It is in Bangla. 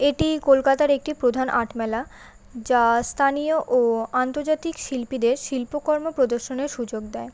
এটি কলকাতার একটি প্রধান আর্ট মেলা যা স্থানীয় ও আন্তর্জাতিক শিল্পীদের শিল্পকর্ম প্রদর্শনের সুযোগ দেয়